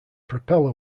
propeller